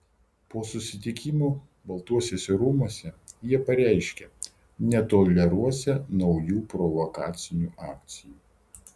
po susitikimo baltuosiuose rūmuose jie pareiškė netoleruosią naujų provokacinių akcijų